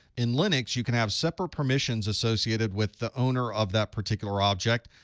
in linux, you can have separate permissions associated with the owner of that particular object,